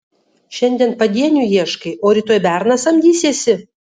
šiandien padienių ieškai o rytoj berną samdysiesi